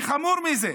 וחמור מזה,